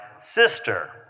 sister